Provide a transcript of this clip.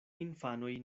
infanoj